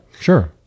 sure